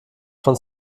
von